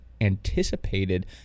anticipated